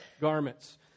garments